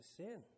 sin